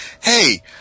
hey –